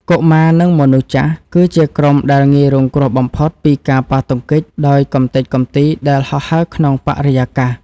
កុមារ និងមនុស្សចាស់ គឺជាក្រុមដែលងាយរងគ្រោះបំផុតពីការប៉ះទង្គិចដោយកម្ទេចកំទីដែលហោះហើរក្នុងបរិយាកាស។